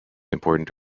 important